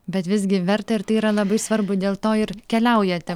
bet visgi verta ir tai yra labai svarbu dėl to ir keliaujate